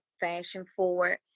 fashion-forward